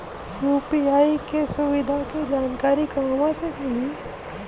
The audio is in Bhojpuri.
यू.पी.आई के सुविधा के जानकारी कहवा से मिली?